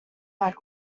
like